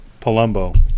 Palumbo